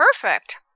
perfect